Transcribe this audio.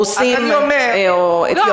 רוסים או אתיופים.